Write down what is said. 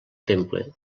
temple